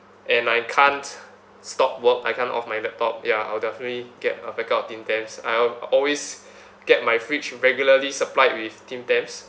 and I can't stop work I can't off my laptop ya I'll definitely get a packet of tim tams I'll always get my fridge regularly supplied with tim tams